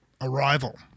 arrival